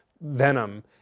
venom